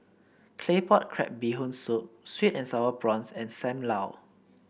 Claypot Crab Bee Hoon Soup sweet and sour prawns and Sam Lau